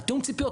אגודה שיתופית?